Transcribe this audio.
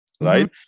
right